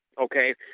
Okay